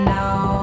now